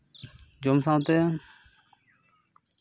ᱡᱚᱢ ᱥᱟᱶᱛᱮ